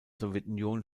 sowjetunion